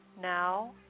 now